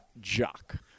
Jock